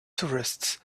tourists